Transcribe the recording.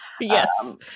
Yes